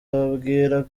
ababwira